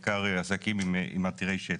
בעיקר עסקים עתירי שטח.